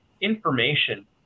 information